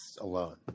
alone